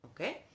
Okay